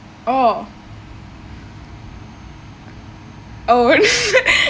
oh oh